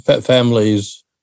families